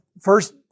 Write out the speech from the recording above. first